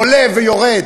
עולה ויורד.